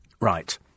right